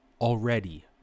Already